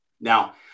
Now